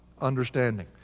understanding